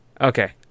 Okay